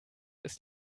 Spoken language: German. ist